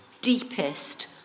deepest